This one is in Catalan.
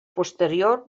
posterior